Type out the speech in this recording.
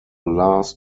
last